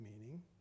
meaning